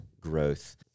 growth